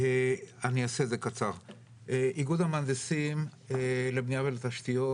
איגוד המהנדסים לבנייה ולתשתיות,